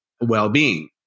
well-being